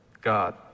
God